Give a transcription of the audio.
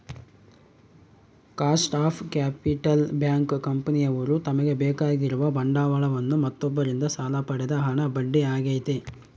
cost of capital bank, ಕಂಪನಿಯವ್ರು ತಮಗೆ ಬೇಕಾಗಿರುವ ಬಂಡವಾಳವನ್ನು ಮತ್ತೊಬ್ಬರಿಂದ ಸಾಲ ಪಡೆದ ಹಣ ಬಡ್ಡಿ ಆಗೈತೆ